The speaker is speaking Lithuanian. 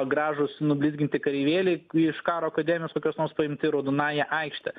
gražūs nublizginti kareivėliai iš karo akademijos kokios nors paimti raudonąją aikštę